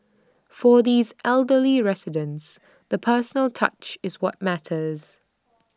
for these elderly residents the personal touch is what matters